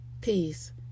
Peace